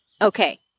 Okay